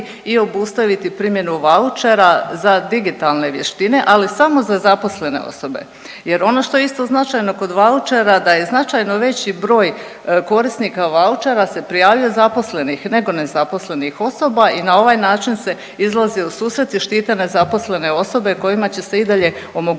i obustaviti primjenu vaučera za digitalne vještine, ali samo za zaposlene osobe. Jer, ono što je isto značajno kod vaučera, da je značajno veći broj korisnika vaučera se prijavljuje zaposlenih nego nezaposlenih osoba i na ovaj način se izlazi u susret i štite nezaposlene osobe kojima će se i dalje omogućiti